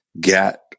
get